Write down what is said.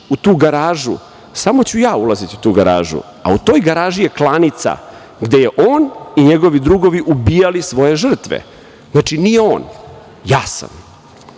u tu garažu, samo ću ja ulaziti u tu garažu, a u toj garaži je klanica gde je on i njegovi drugovi ubijali svoje žrtve. Znači, nije on, ja sam.